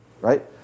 right